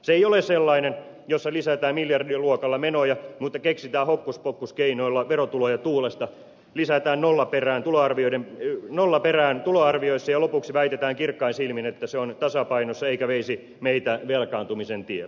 se ei ole sellainen jossa lisätään miljardiluokalla menoja mutta keksitään hokkuspokkuskeinoilla verotuloja tuulesta lisätään nolla perään tuloarvioissa ja lopuksi väitetään kirkkain silmin että se on tasapainossa eikä veisi meitä velkaantumisen tielle